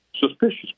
suspicious